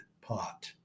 pot